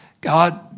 God